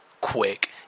quick